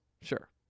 Sure